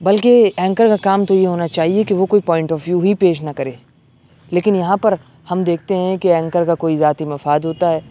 بلکہ اینکر کا کام تو یہ ہونا چاہیے کہ وہ کوئی پوائنٹ آف ویو ہی پیش نہ کرے لیکن یہاں پر ہم دیکھتے ہیں کہ اینکر کا کوئی ذاتی مفاد ہوتا ہے